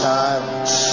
silence